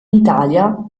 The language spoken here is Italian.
italia